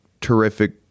terrific